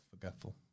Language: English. forgetful